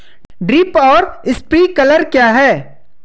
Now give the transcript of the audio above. Drip और sprinkler क्या हैं?